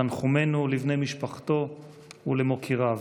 תנחומינו לבני משפחתו ולמוקיריו.